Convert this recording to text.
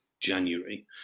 January